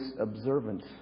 observance